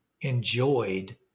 enjoyed